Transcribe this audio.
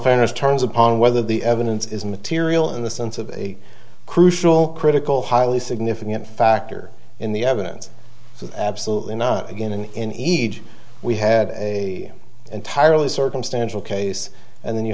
fairness turns upon whether the evidence is material in the sense of a crucial critical highly significant factor in the evidence so absolutely not again and in each we had a entirely circumstantial case and then you